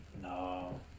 no